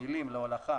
המילים "להולכה",